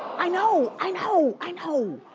i know, i know, i know.